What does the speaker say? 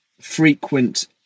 frequent